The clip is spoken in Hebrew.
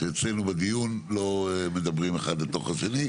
שאצלנו בדיון לא מדברים אחד בתוך השני.